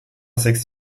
sechs